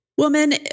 Woman